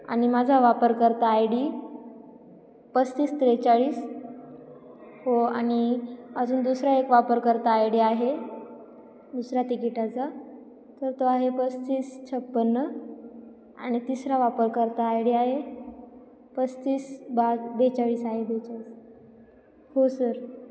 आणि माझा वापरकर्ता आय डी पस्तीस त्रेचाळीस हो आणि अजून दुसरा एक वापरकर्ता आय डी आहे दुसऱ्या तिकिटाचा तर तो आहे पस्तीस छप्पन्न आणि तिसरा वापरकर्ता आय डी आहे पस्तीस बा बेचाळीस आहे बेचाळीस हो सर